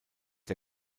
der